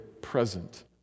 present